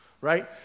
right